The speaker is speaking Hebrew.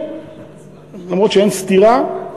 למרות שאין סתירה,